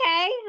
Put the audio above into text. okay